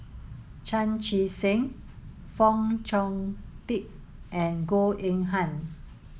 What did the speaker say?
Chan Chee Seng Fong Chong Pik and Goh Eng Han